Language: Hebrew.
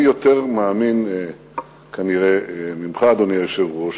אני יותר מאמין, כנראה, ממך, אדוני היושב-ראש,